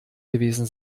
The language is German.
gewesen